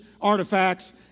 artifacts